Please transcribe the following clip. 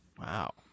Wow